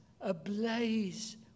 ablaze